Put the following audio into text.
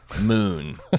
moon